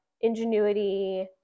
ingenuity